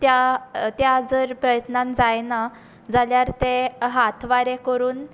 त्या त्या जर प्रयत्नान जायना जाल्यार ते हात वारे करून